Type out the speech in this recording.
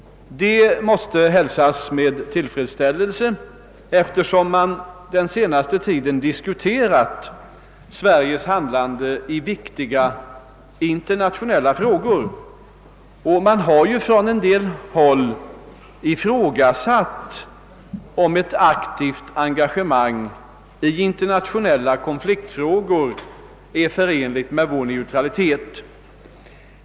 Det måste hälsas med tillfredsställelse, eftersom man den senaste tiden diskuterat Sveriges handlande i viktiga internationella frågor. På en del håll har man ju ifrågasatt, om ett aktivt engagemang i internationella konfliktfrågor är förenligt med vår neutralitet.